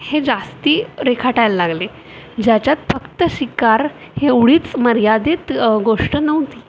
हे जास्त रेखाटायला लागले ज्याच्यात फक्त शिकार एवढीच मर्यादेत गोष्ट नव्हती